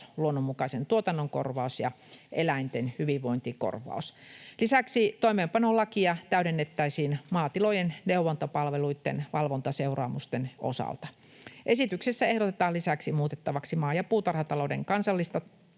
luonnonmukaisen tuotannon korvaus ja eläinten hyvinvointikorvaus. Lisäksi toimeenpanolakia täydennettäisiin maatilojen neuvontapalveluitten valvontaseuraamusten osalta. Esityksessä ehdotetaan lisäksi muutettavaksi maa‑ ja puutarhatalouden kansallisista